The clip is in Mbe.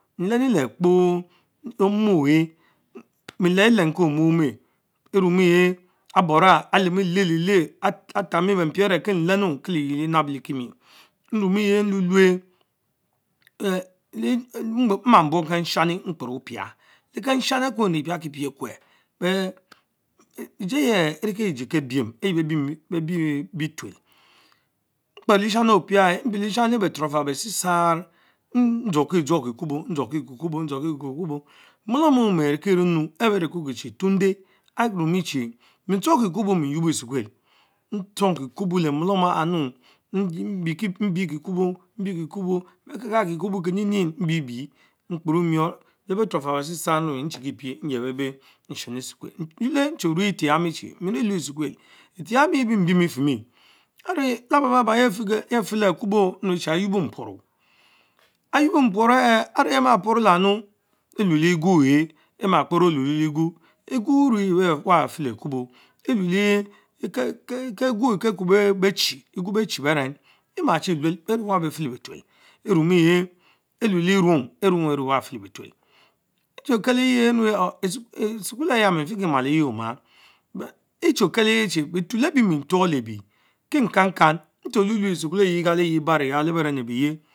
Nlenni lee Kpoo leomo oheh meleh elenki omeh ome emme yehh abura ahh lemi lehh Liech atomgmie pen bempie ebeh are kie lennu Liyiel lienab Ciekimit, Erumu ehk nlulue Mma buong kamshani maper opia, lekamsham akure mie piakie pie Okweh, ehh ejieyeh. enkie ejie kebiem, ayie bee bienu bitul maperr lesnam eshi mpie eshami betur roáfal besiesarr; ndgorkie dzór kiekubo, najorki kiekubo dgor Kie kiekubo, mulom omen arikie riennu ehh bekukiechie tunde arumie chie mie tchong kie kubo mie youbo mie yuobo esukuel, ntchong Kie-Kubo le mualum akhang 'mbie kiekubo, mbie kiekubo akaka kiekubo Kienin mbiebie mkporemon leben turoafal besiesaur nrueche Inchikipie nyesebe nohen. Esukuel, nchule nche tue éten jamie che wie lue Gsukuel, etch pamie ebimbin efemie, arue Cababa-laba Yafele Akuboon, meani cynoso mpuorie, Ayuobo mpuorie ech yeh ma puoro Ideans Chie lee Egwy enh emá kperr Oynorote- Egui Egu erue wahh feh le akubo Sene le keegwu Ekeh areku I bechie, egwe bechie beren Emachie quel behmechie wap 'befelle betuel, fimuesh elue le erung, Erung beruch wahh befele betuel., Eche Keleyieh nrue hoh Esukuel aya mifiki maleyie oh mas, but esheh kel ergie chich Keleyie ni betul ebie mie tudeh le bee, Kikan kan Cuelne asukuel que nche galeyeh baro le beran abeye.